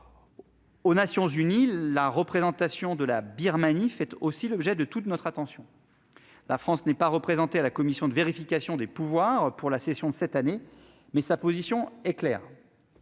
Aux Nations unies, la représentation de la Birmanie fait aussi l'objet de toute notre attention. La France n'est pas représentée à la commission de vérification des pouvoirs pour la session de cette année, mais sa position est claire.